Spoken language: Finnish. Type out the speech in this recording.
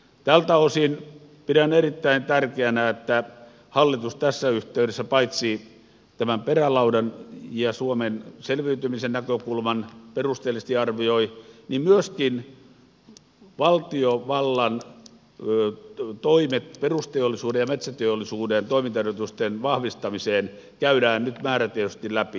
tältä osin pidän erittäin tärkeänä että paitsi että hallitus tässä yhteydessä tämän perälaudan ja suomen selviytymisen näkökulman perusteellisesti arvioi myöskin valtiovallan toimet perusteollisuuden ja metsäteollisuuden toimintaedellytysten vahvistamiseksi käydään nyt määrätietoisesti läpi